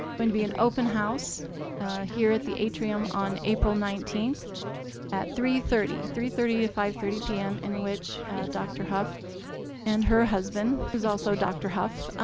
going to be an open house here at the atrium on april nineteen at three thirty three thirty to five thirty pm, in which dr. hough and her husband, who's also dr. hough,